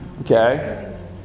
okay